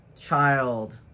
child